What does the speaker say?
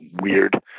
weird